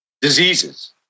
diseases